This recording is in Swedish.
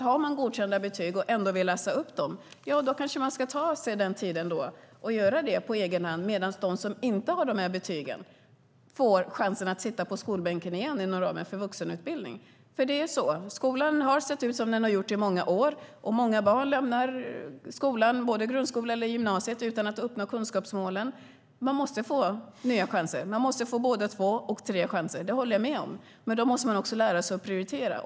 Har man godkända betyg och vill läsa upp dem kanske man ska ta sig den tiden och göra det på egen hand medan de som inte har betyg får chansen att sitta på skolbänken inom ramen för vuxenutbildningen. Skolan har sett ut som den gjort i många år, och många barn lämnar både grundskola och gymnasium utan att ha uppnått kunskapsmålen. Därför måste de få nya chanser. Man måste få både två och tre chanser, det håller jag med om, men då måste man också lära sig att prioritera.